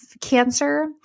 cancer